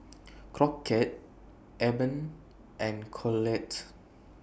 Crockett Eben and Colette